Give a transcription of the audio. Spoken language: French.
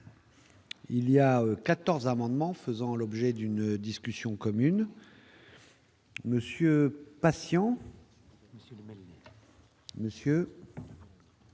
Il y a 14 amendements faisant l'objet d'une discussion commune. Monsieur patients. Monsieur